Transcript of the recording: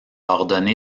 ordonné